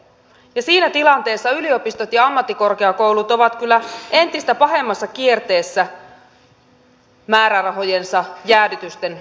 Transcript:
siinä tilanteessa yliopistot ja ammattikorkeakoulut ovat kyllä entistä pahemmassa kierteessä määrärahojensa jäädytysten suhteen